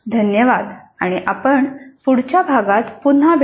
धन्यवाद आणि आपण पुढच्या भागात पुन्हा भेटू